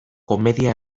komedia